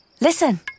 Listen